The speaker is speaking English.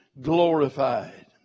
glorified